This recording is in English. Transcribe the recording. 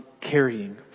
carrying